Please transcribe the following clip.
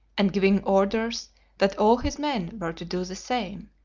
and, giving orders that all his men were to do the same,